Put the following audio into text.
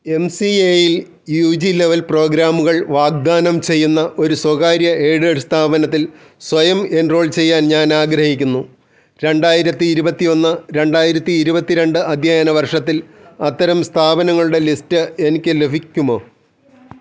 M C A യിൽ U G level പ്രോഗ്രാമുകൾ വാഗ്ദാനം ചെയ്യുന്ന ഒരു സ്വകാര്യ എയ്ഡഡ് സ്ഥാപനത്തിൽ സ്വയം എൻറോൾ ചെയ്യാൻ ഞാൻ ആഗ്രഹിക്കുന്നു രണ്ടായിരത്തി ഇരുപത്തിയൊന്ന് രണ്ടായിരത്തി ഇരുപത്തിരണ്ട് അധ്യയന വർഷത്തിൽ അത്തരം സ്ഥാപനങ്ങളുടെ ലിസ്റ്റ് എനിക്ക് ലഭിക്കുമോ